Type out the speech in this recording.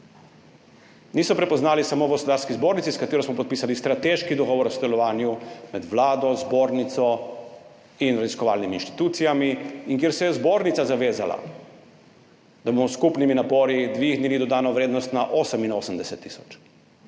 niso prepoznali samo v Gospodarski zbornici, s katero smo podpisali strateški dogovor o sodelovanju med Vlado, zbornico in raziskovalnimi institucijami in kjer se je zbornica zavezala, da bomo s skupnimi napori dvignili dodano vrednost na 88 tisoč.